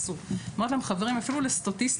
מי יטפל בזה?